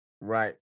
right